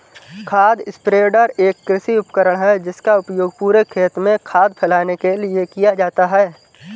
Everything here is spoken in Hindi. खाद स्प्रेडर एक कृषि उपकरण है जिसका उपयोग पूरे खेत में खाद फैलाने के लिए किया जाता है